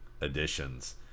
additions